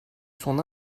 son